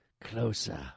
Closer